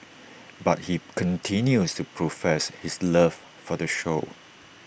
but he continues to profess his love for the show